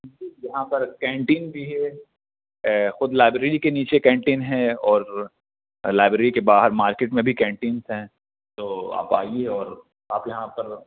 جی جی یہاں پر کینٹین بھی ہے خود لائبریری کے نیچے کینٹین ہے اور لائبریری کے باہر مارکیٹ میں بھی کینٹینس ہیں تو آپ آئیے اور آپ یہاں پر